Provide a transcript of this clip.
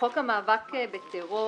חוק המאבק בטרור